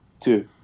two